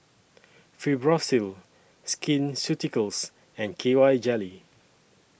Fibrosol Skin Ceuticals and K Y Jelly